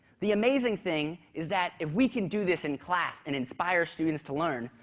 the amazing thing is that if we can do this in class and inspire students to learn,